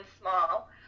small